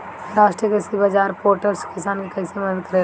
राष्ट्रीय कृषि बाजार पोर्टल किसान के कइसे मदद करेला?